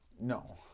No